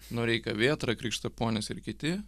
noreika vėtra krikštaponis ir kiti